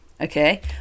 Okay